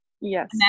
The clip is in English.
yes